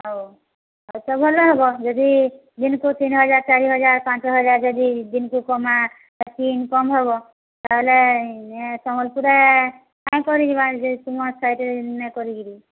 ହଉ ଆଉ ତ ଭଲ ହବ ଯଦି ଦିନକୁ ତିନି ହଜାର ଚାରି ହଜାର ପାଞ୍ଚ ହଜାର ଯଦି ଦିନକୁ କମ ହେତ୍କି ଇନକମ୍ ହବ ତାହେଲେ ସମ୍ବଲପୁର କାଇଁ କୁଆଡ଼େ ଯିିମା ତୁମ ସାଇଟରେ ଇନେ କରିକିରି